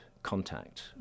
contact